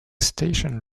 station